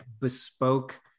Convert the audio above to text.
bespoke